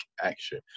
action